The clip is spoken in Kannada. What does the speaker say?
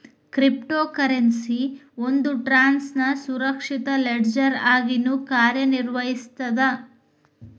ಕ್ರಿಪ್ಟೊ ಕರೆನ್ಸಿ ಒಂದ್ ಟ್ರಾನ್ಸ್ನ ಸುರಕ್ಷಿತ ಲೆಡ್ಜರ್ ಆಗಿನೂ ಕಾರ್ಯನಿರ್ವಹಿಸ್ತದ